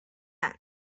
避难